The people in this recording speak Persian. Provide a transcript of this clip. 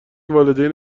والدین